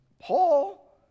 Paul